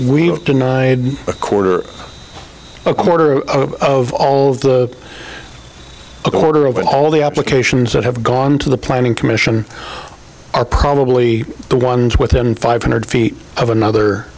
have denied a quarter a quarter of all of the a quarter of an all the applications that have gone to the planning commission are probably the ones within five hundred feet of another